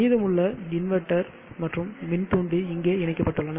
மீதமுள்ள இன்வெர்ட்டர் மற்றும் மின்தூண்டி இங்கே இணைக்கப்பட்டுள்ளன